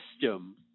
system